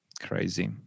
Crazy